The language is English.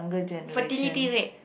fertility rate